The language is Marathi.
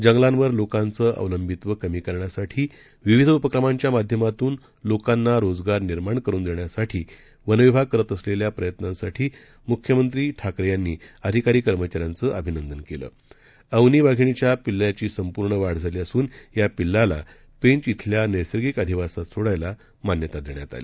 जंगलांवर लोकांचं अवलंबित्व कमी करण्यासाठी विविध उपक्रमाच्या माध्यमातून लोकांना रोजगार निर्माण करून देण्यासाठी वन विभाग करत असलेल्या प्रयत्नासाठी मुख्यमंत्री ठाकरे यांनी अधिकारी कर्मचाऱ्यांचं अभिनंदन केलं अवनी वाधिणीच्या पिल्ल्याची संपूर्ण वाढ झाली असून या पिल्लाला पेंच धिल्या नैसर्गिक अधिवासात सोडायला मान्यता देण्यात आली